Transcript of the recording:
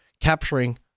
capturing